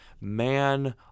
Man